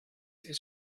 ist